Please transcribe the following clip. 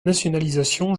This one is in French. nationalisation